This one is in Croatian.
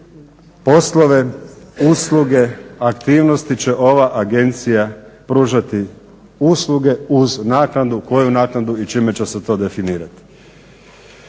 poslove, usluge, aktivnosti će ova agencija pružati usluge uz naknadu, koju naknadu i čime će se to definirati?